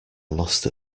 lost